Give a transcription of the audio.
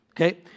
okay